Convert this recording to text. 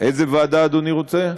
איזה ועדה אדוני רוצה?